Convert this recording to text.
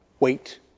Wait